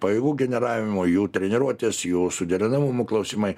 pajėgų generavimo jų treniruotės jų suderinamumo klausimai